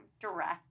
direct